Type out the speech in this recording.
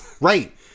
Right